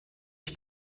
ich